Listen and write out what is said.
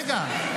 רגע,